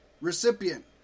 Recipient